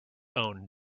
own